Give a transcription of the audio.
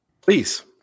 Please